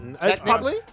Technically